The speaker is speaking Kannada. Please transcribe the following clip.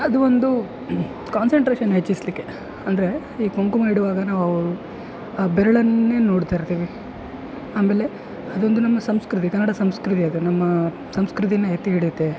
ಅದು ಒಂದು ಕಾನ್ಸನ್ಟ್ರೇಷನ್ ಹೆಚ್ಚಿಸಲಿಕ್ಕೆ ಅಂದರೆ ಈ ಕುಂಕುಮ ಇಡುವಾಗ ನಾವು ಅವು ಬೆರಳನ್ನೇ ನೋಡ್ತ ಇರ್ತೀವಿ ಆಮೇಲೆ ಅದೊಂದು ನಮ್ಮ ಸಂಸ್ಕೃತಿ ಕನ್ನಡ ಸಂಸ್ಕೃತಿ ಅದು ನಮ್ಮ ಸಂಸ್ಕೃತಿನ್ನು ಎತ್ತಿ ಹಿಡಿಯುತ್ತೆ